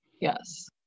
Yes